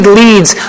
leads